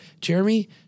Jeremy